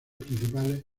principales